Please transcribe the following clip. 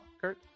Kurt